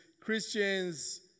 Christians